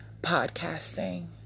podcasting